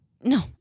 No